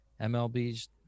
MLB's